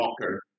Walker